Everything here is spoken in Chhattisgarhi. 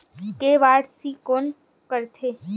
के.वाई.सी कोन करथे?